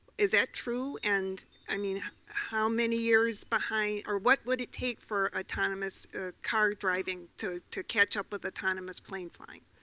is that true? and, i mean, how many years behind, or what would it take for autonomous car driving to to catch up with autonomous plane flying?